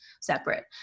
separate